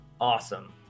awesome